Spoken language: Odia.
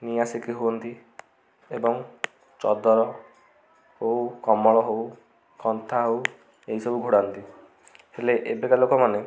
ନିଆଁ ସେକି ହୁଅନ୍ତି ଏବଂ ଚଦର ହେଉ କମଳ ହଉ କନ୍ଥା ହେଉ ଏଇସବୁ ଘୋଡ଼ାନ୍ତି ହେଲେ ଏବେକା ଲୋକମାନେ